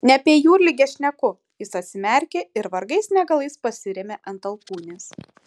ne apie jūrligę šneku jis atsimerkė ir vargais negalais pasirėmė ant alkūnės